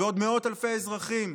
ועוד מאות אלפי אזרחים,